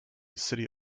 city